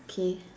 K